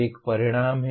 एक परिणाम है